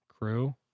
crew